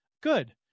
good